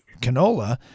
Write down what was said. canola